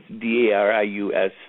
D-A-R-I-U-S